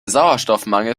sauerstoffmangel